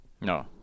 No